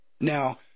Now